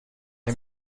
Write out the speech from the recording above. این